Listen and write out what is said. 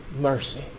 mercy